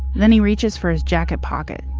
then he reaches for his jacket pocket.